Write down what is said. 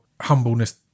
humbleness